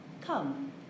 Come